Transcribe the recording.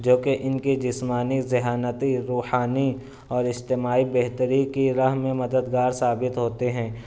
جوکہ ان کی جسمانی ذہانتی روحانی اور اجتماعی بہتری کی راہ میں مددگار ثابت ہوتے ہیں